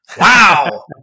Wow